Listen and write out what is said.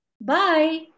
Bye